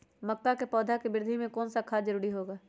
मक्का के पौधा के वृद्धि में कौन सा खाद जरूरी होगा?